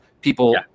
people